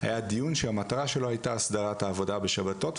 היה דיון שהמטרה שלו הייתה הסדרת העבודה בשבתות,